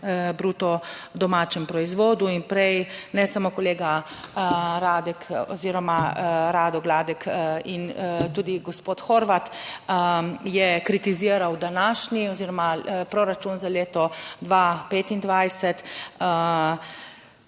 bruto domačem proizvodu in prej ne samo kolega Radek oziroma Rado Gladek in tudi gospod Horvat je kritiziral današnji oziroma proračun za leto 2025,